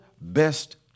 best